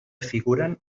figuren